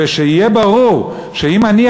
ושיהיה ברור שאם אני,